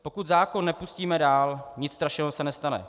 Pokud zákon nepustíme dál, nic strašného se nestane.